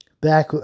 back